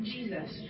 Jesus